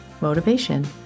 motivation